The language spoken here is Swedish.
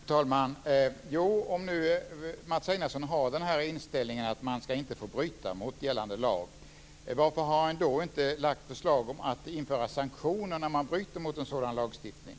Fru talman! Om nu Mats Einarsson har inställningen att man inte ska få bryta mot gällande lag, varför har han då inte lagt fram förslag om att införa sanktioner när man bryter mot en sådan lagstiftning?